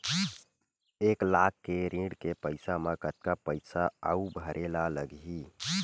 एक लाख के ऋण के पईसा म कतका पईसा आऊ भरे ला लगही?